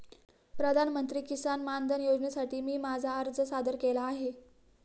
प्रधानमंत्री किसान मानधन योजनेसाठी मी माझा अर्ज सादर केला आहे